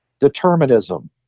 determinism